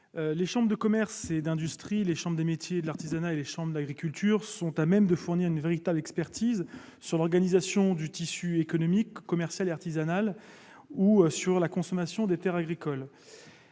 Les chambres de commerce et d'industrie, les chambres des métiers et de l'artisanat et les chambres d'agriculture sont à même de fournir une véritable expertise, qu'il s'agisse de l'organisation du tissu économique, commercial et artisanal ou de la consommation des terres agricoles.